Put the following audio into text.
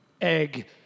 Egg